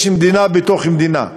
יש מדינה בתוך מדינה,